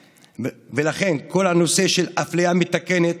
ולכן כל הנושא של אפליה מתקנת